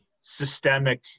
systemic